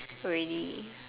ready